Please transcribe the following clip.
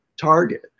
target